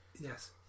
Yes